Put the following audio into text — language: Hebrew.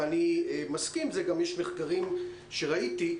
ואני מסכים ויש גם מחקרים שראיתי,